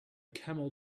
camel